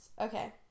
Okay